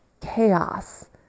chaos